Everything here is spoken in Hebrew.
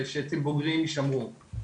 ושעצים בוגרים יישמרו.